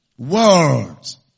Words